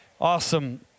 Awesome